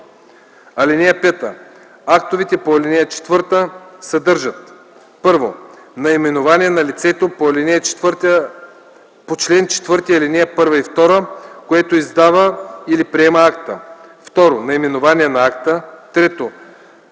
достъп. (5) Актовете по ал. 4 съдържат: 1. наименование на лицето по чл. 4, ал. 1 и 2, което издава или приема акта; 2. наименование на акта; 3.